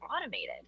automated